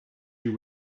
you